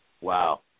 Wow